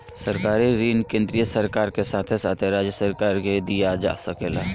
सरकारी ऋण केंद्रीय सरकार के साथे साथे राज्य सरकार के भी दिया सकेला